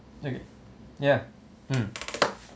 okay ya mm